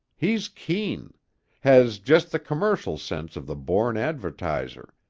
he's keen has just the commercial sense of the born advertiser.